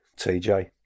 TJ